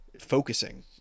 focusing